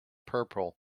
purple